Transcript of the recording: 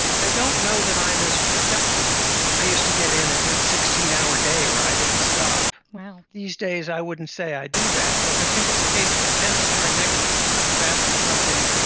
i don't know that i am as productive. i used to get in a good sixteen hour day where i didn't stop. these days i wouldn't say i do that, but i think it's a case of compensatory mechanisms i'm faster at some things,